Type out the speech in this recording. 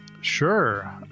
Sure